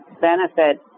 benefit